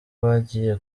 bagiye